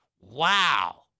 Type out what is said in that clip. wow